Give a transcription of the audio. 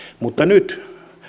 mutta nyt